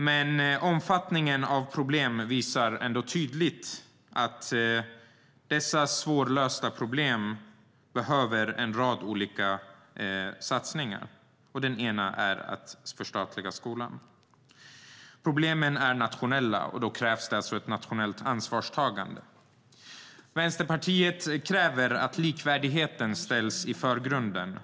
Men omfattningen av situationen visar ändå tydligt att dessa svårlösta problem behöver en rad olika satsningar, och en är att förstatliga skolan. Problemen är nationella, och då krävs det ett nationellt ansvarstagande. Vänsterpartiet kräver att likvärdigheten ställs i förgrunden.